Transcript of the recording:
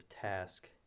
task